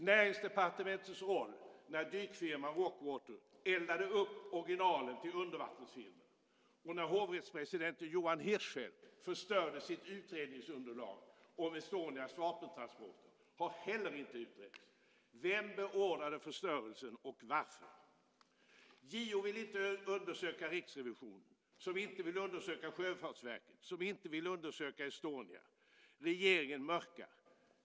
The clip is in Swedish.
Näringsdepartementets roll när dykfirman Rockwater eldade upp originalen till undervattensfilmen och när hovrättspresidenten Johan Hirschfeldt förstörde sitt utredningsunderlag om M S Estonia. Regeringen mörkar.